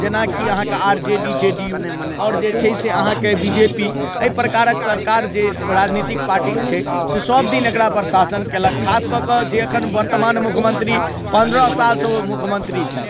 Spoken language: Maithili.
जेना कि अहाँके R J D J D U आओर जे छै से अहाँके बी जे पी अइ प्रकारक सरकार जे राजनीतिक पार्टी छै से सब दिन एकरापर शासन कयलक खास कए के जे एखन वर्तमान मुख्यमन्त्री पन्द्रह सालसँ ओ मुख्यमन्त्री छथि